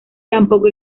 tampoco